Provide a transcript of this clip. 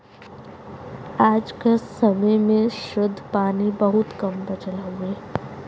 आज क समय में शुद्ध पानी बहुत कम बचल हउवे